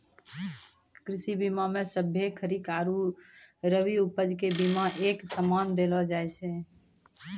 कृषि बीमा मे सभ्भे खरीक आरु रवि उपज के बिमा एक समान देलो जाय छै